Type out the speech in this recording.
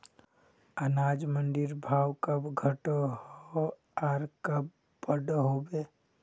अनाज मंडीर भाव कब घटोहो आर कब बढ़ो होबे?